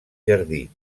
jardí